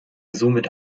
somit